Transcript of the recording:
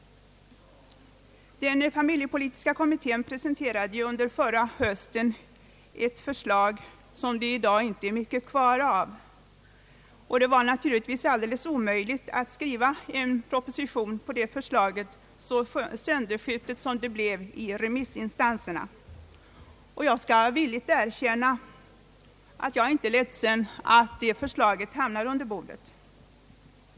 Den familjepolitiska kommittén presenterade ju förra hösten ett förslag som det i dag inte är mycket kvar av. Det var naturligtvis alldeles omöjligt att skriva en proposition på detta förslag, så sönderskjutet som det blev i remissinstanserna. Jag skall villigt erkänna att jag inte är ledsen över att det förslaget hamnade under bordet.